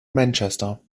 manchester